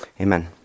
Amen